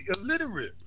illiterate